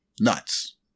nuts